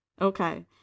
Okay